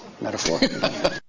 metaphor